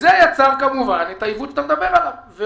וזה יצר כמובן את העיוות שאתה מדבר עליו.